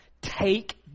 Take